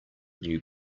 knew